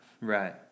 Right